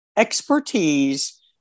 expertise